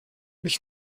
mich